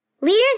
leaders